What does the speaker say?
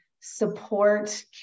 support